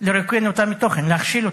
לרוקן אותה מתוכן, להכשיל אותה.